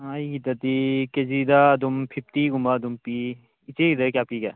ꯑꯩꯒꯤꯗꯗꯤ ꯀꯦꯖꯤꯗ ꯑꯗꯨꯝ ꯐꯤꯐꯇꯤꯒꯨꯝꯕ ꯑꯗꯨꯝ ꯄꯤ ꯏꯆꯦꯒꯤꯗ ꯀꯌꯥ ꯄꯤꯒꯦ